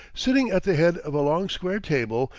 sitting at the head of a long square table,